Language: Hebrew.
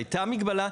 הייתה מגבלה,